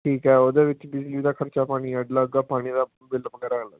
ਠੀਕ ਹੈ ਉਹਦੇ ਵਿੱਚ ਬਿਜਲੀ ਦਾ ਖਰਚਾ ਪਾਣੀ ਅੱਡ ਲੱਗਦਾ ਪਾਣੀ ਦਾ ਬਿੱਲ ਵਗੈਰਾ ਅਲੱਗ